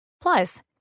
Plus